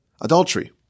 adultery